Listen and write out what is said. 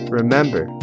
remember